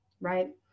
right